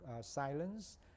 silence